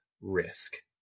risk